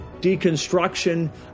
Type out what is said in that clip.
deconstruction